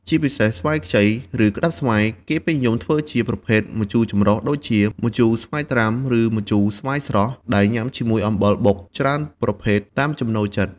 ជាពិសេស ស្វាយខ្ចី ឬក្ដឹបស្វាយ គេពេញនិយមធ្វើជាប្រភេទម្ជូរចម្រុះ ដូចជាម្ជូរស្វាយត្រាំ ឬម្ជូរស្វាយស្រស់ ដែលញ៉ាំជាមួយអំបិលបុកច្រើនប្រភេទតាមចំណូលចិត្ត។